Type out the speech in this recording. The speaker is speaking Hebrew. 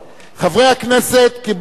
חברי הכנסת קיבלו,